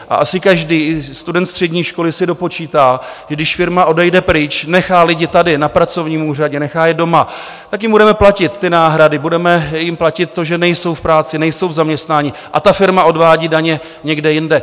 A asi každý student střední školy si dopočítá, když firma odejde pryč, nechá lidi tady na pracovním úřadě, nechá je doma, tak jim budeme platit ty náhrady, budeme jim platit to, že nejsou v práci, nejsou v zaměstnání, a ta firma odvádí daně někde jinde.